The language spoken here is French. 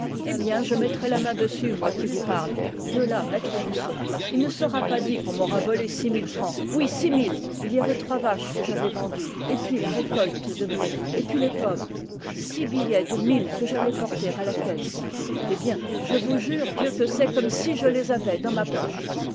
eh bien je mettrai la main dessus moi qui vous parle gueula maître goussot il ne sera pas dit qu'on m'aura volé six mille francs oui six mille il y avait trois vaches que j'avais vendues et puis la récolte de blé et puis les pommes six billets de mille que j'allais porter à la caisse eh bien je vous jure dieu que c'est comme si je les avais dans ma poche